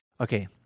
okay